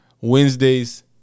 Wednesdays